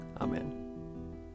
Amen